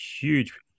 huge